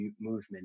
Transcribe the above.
movement